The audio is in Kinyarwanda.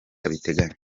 abiteganya